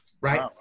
right